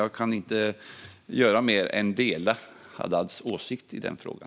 Jag kan inte mer än dela Haddads åsikt i den frågan.